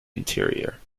interior